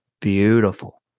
beautiful